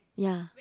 ya